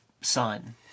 sun